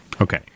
Okay